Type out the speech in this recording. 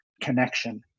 connection